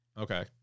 Okay